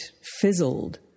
fizzled